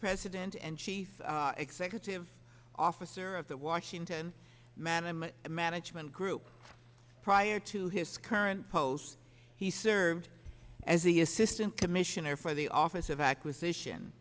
president and chief executive officer of the washington man and a management group prior to his current post he served as the assistant commissioner for the office of acquisition